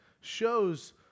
shows